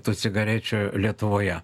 tų cigarečių lietuvoje